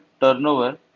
turnover